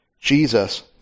Jesus